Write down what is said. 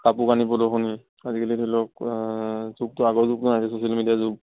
কাপোৰ কানি প্ৰদৰ্শনী আজিকালি ধৰি লওক যুগটো আগৰ যুগ নহয় আজিকালি ছ'চিয়েল মিডিয়াৰ যুগ